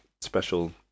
special